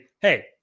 Hey